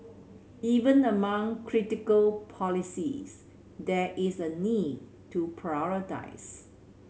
even among critical policies there is a need to prioritise